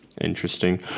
interesting